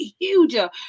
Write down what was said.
huger